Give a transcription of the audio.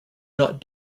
not